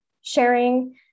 Sharing